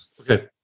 Okay